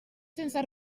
sense